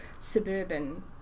suburban